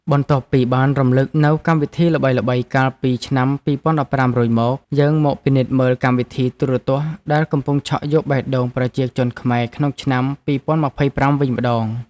បន្ទាប់ពីបានរំលឹកនូវកម្មវិធីល្បីៗកាលពី ឆ្នាំ ២០១៥ រួចមក យើងមកពិនិត្យមើលកម្មវិធីទូរទស្សន៍ដែលកំពុងឆក់យកបេះដូងប្រជាជនខ្មែរក្នុងឆ្នាំ ២០២៥ វិញម្តង។